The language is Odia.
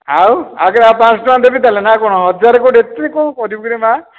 ଆଉ ଆଉ ତ ପାଞ୍ଚଶହ ଟଙ୍କା ଦେବି ତାହେଲେ ନା ଆଉ କ'ଣ ହଜାର କେଉଁଠି ଏତେ କ'ଣ କରିବୁରେ ମା